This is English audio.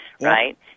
right